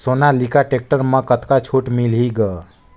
Sonalika tractor म कतका छूट मिलही ग?